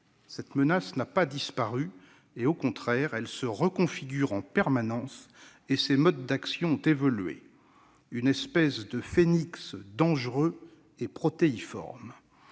cette menace n'a pas disparu. Au contraire, elle se reconfigure en permanence et ses modes d'action ont évolué, comme une espèce de phénix dangereux et protéiforme.